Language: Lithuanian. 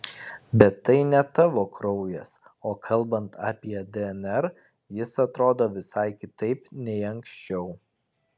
bet tai ne tavo kraujas o kalbant apie dnr jis atrodo visai kitaip nei anksčiau